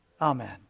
Amen